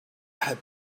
had